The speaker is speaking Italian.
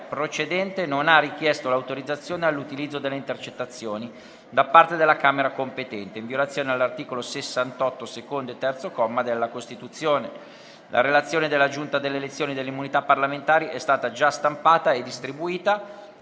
procedente non ha richiesto l'autorizzazione all'utilizzo delle intercettazioni da parte della Camera competente, in violazione all'articolo 68, secondo e terzo comma, della Costituzione. La relazione della Giunta delle elezioni e delle immunità parlamentari è stata già stampata e distribuita.